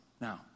Now